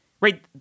right